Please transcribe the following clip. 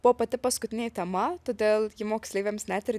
buvo pati paskutinė tema todėl ji moksleiviams net ir